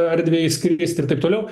erdvę įskrist ir taip toliau